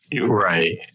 Right